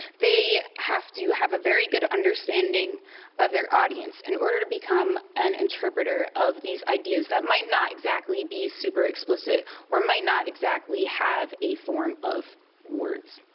they have to have a very good understanding of their audience in order to become an interpreter of these ideas that might not exactly be super explicit or might not exactly have a form of words.